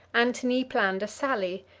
antony planned a sally,